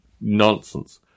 nonsense